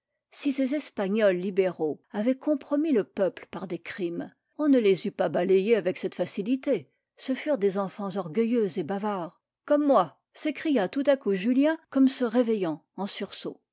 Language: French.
si ces espagnols libéraux avaient compromis le peuple par des crimes on ne les eût pas balayés avec cette facilité ce furent des enfants orgueilleux et bavards comme moi s'écria tout à coup julien comme se réveillant en sursaut